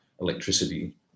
electricity